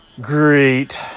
Great